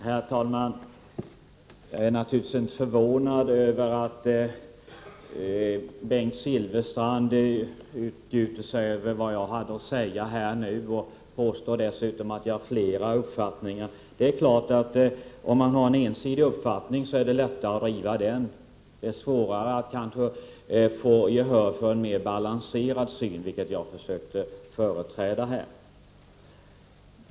Herr talman! Jag är naturligvis inte förvånad över att Bengt Silfverstrand utgjuter sig över vad jag hade att säga här nu. Han påstår dessutom att jag har flera uppfattningar. Det är klart att det är lättare att driva en ensidig uppfattning. Det är svårare att få gehör för en mer balanserad syn, som den jag försökte företräda här.